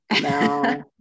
No